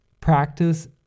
practice